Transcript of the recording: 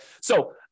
So-